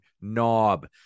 knob